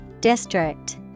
District